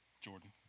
Jordan